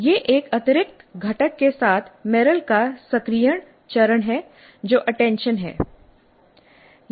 यह एक अतिरिक्त घटक के साथ मेरिल का सक्रियण चरण है जो अटेंशन है